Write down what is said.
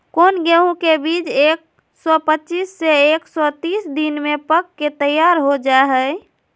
कौन गेंहू के बीज एक सौ पच्चीस से एक सौ तीस दिन में पक के तैयार हो जा हाय?